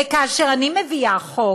וכאשר אני מביאה חוק